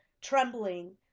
trembling